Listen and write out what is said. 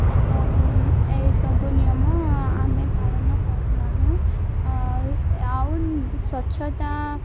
ଏବଂ ଏହିସବୁ ନିୟମ ଆମେ ପାଳନ କରୁ ନାହୁଁ ଆଉ ଆଉ ସ୍ୱଚ୍ଛତା